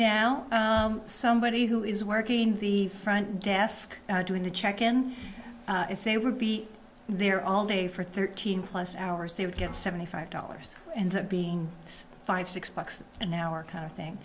now somebody who is working the front desk doing the check in if they would be there all day for thirteen plus hours they would get seventy five dollars and being five six bucks an hour kind of thing